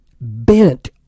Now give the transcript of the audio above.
bent